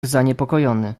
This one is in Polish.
zaniepokojony